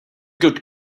good